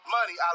Money